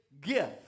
gift